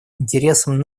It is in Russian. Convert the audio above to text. интересам